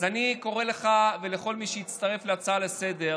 אז אני קורא לך ולכל מי שהצטרף להצעה לסדר-היום: